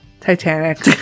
Titanic